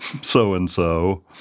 so-and-so